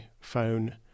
phone